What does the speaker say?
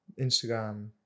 Instagram